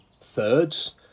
thirds